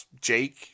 Jake